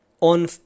on